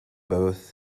both